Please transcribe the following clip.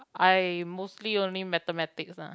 I mostly only mathematics ah